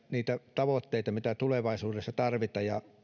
niitä tavoitteita mitä tulevaisuudessa tarvitaan ja